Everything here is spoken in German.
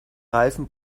reifen